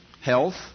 health